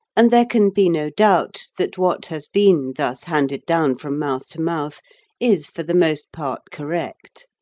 and there can be no doubt that what has been thus handed down from mouth to mouth is for the most part correct.